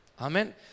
Amen